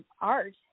art